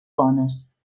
bones